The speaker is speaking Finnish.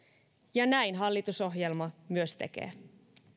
ja näin hallitusohjelma myös tekee